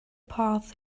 path